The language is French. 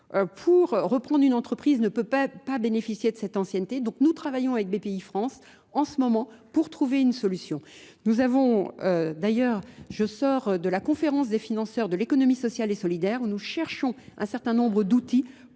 pour reprendre une entreprise ne peut pas bénéficier de cette ancienneté. Donc nous travaillons avec BPI France en ce moment pour trouver une solution. Nous avons d'ailleurs, je sors de la conférence des financeurs de l'économie sociale et solidaire où nous cherchons un certain nombre d'outils